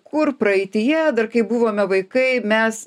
kur praeityje dar kai buvome vaikai mes